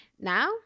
now